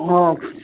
ହଁ